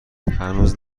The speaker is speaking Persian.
هنوز